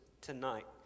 tonight